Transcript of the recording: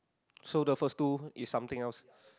so the first two is something else